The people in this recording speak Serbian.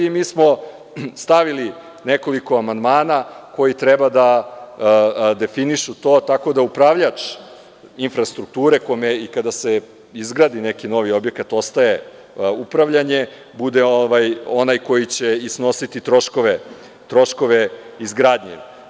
Mi smo stavili nekoliko amandmana koji treba da definišu to, tako da upravljač infrastrukture kome i kada se izgradi neki novi objekat ostaje upravljanje, bude onaj koji će i snositi troškove izgradnje.